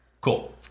Cool